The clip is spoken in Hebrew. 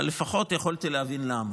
אבל לפחות יכולתי להבין למה.